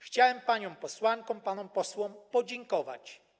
Chciałem paniom posłankom i panom posłom podziękować.